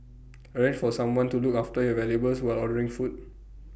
arrange for someone to look after your valuables while ordering food